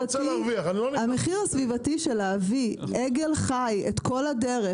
המחיר הסביבתי של להביא עגל חי את כל הדרך,